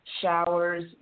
showers